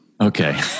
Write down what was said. Okay